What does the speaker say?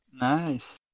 nice